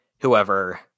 whoever